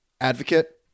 advocate